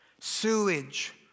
sewage